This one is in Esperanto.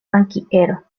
bankiero